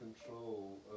control